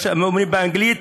מה שאומרים באנגלית,